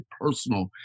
personal